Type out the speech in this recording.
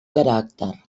caràcter